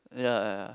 ya